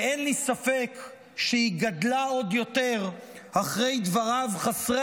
ואין לי ספק שהיא גדלה עוד יותר אחרי דבריו חסרי